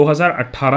2018